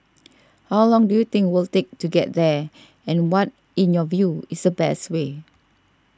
how long do you think we'll take to get there and what in your view is the best way